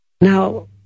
now